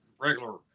regular